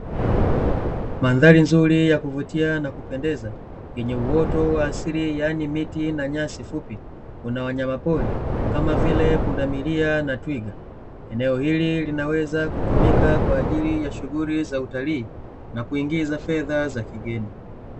Mandhari nzuri ya kuvutia na kupendeza yenye uoto wa asili yaani miti na nyasi fupi, kuna wanyamapori kama vile pundamilia na twiga. Eneo hili linaweza kutumika kwa ajili ya shughuli za utalii na kuingiza fedha za kigeni.